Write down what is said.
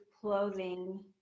clothing